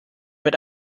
mit